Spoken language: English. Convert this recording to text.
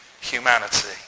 humanity